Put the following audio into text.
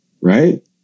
right